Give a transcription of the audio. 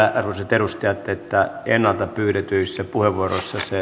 edustajat että ennalta pyydetyissä puheenvuoroissa se